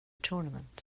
tournament